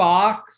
Fox